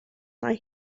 lie